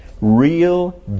real